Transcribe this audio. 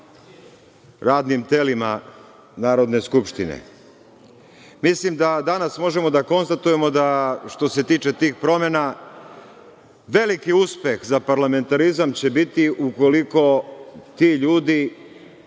radnim telima Narodne skupštine. Mislim da danas možemo da konstatujemo da, što se tiče tih promena, veliki uspeh za parlamentarizam će biti ukoliko ti ljudi